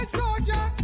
soldier